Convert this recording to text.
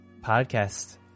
podcast